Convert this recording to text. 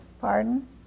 Pardon